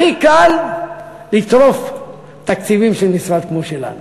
הכי קל לטרוף תקציבים של משרד כמו שלנו.